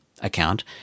account